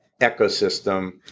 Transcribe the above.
ecosystem